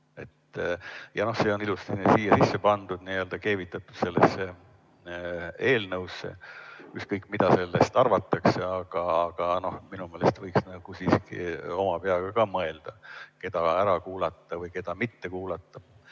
See on ilusti siia sisse pandud, n-ö keevitatud sellesse eelnõusse, ükskõik, mida sellest arvatakse. Aga minu meelest võiks siiski oma peaga ka mõelda, keda ära kuulata või keda mitte kuulata.